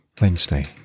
Wednesday